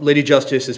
lady justice is